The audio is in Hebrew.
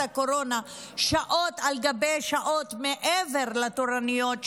הקורונה שעות על גבי שעות מעבר לתורניות שלהם,